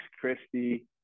Christie